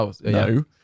No